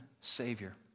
Savior